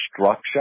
structure